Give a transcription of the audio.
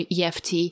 EFT